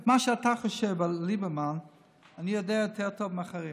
את מה שאתה חושב על ליברמן אני יודע יותר טוב מאחרים.